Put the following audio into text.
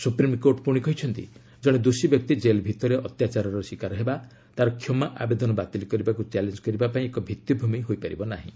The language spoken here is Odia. ସୁପ୍ରିମକୋର୍ଟ ପୁଣି କହିଛନ୍ତି ଜଣେ ଦୋଷୀ ବ୍ୟକ୍ତି ଜେଲ୍ ଭିତରେ ଅତ୍ୟାଚାରର ଶିକାର ହେବା' ତା'ର କ୍ଷମା ଆବେଦନ ବାତିଲ କରିବାକୁ ଚାଲେଞ୍ଜ କରିବା ପାଇଁ ଏକ ଭିଭିଭୂମି ହୋଇପାରିବ ନାହିଁ